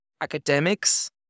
academics